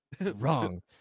Wrong